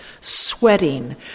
sweating